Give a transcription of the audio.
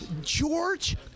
george